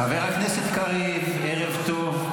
חבר הכנסת קריב, ערב טוב.